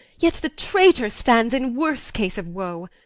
yet the traitor stands in worse case of woe.